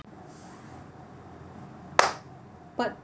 part